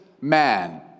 man